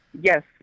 Yes